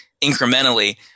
incrementally